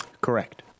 Correct